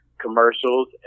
commercials